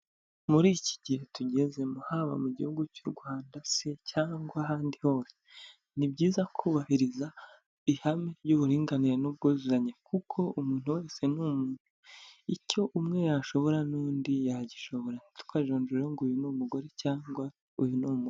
Muri iki gihe tugezemo haba mu gihugu cy'u Rwanda se cyangwa ahandi hose, ni byiza kubahiriza ihame ry'uburinganire n'ubwuzuzanye kuko umuntu wese icyo umwe yashobora n'undi yagishobora. Ntitukajonjore rero ngo uyu ni umugore cyangwa uyu ni umuntu.